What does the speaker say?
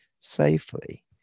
safely